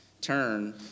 Turn